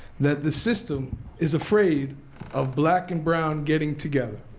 that the system is afraid of black and brown getting together.